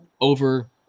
over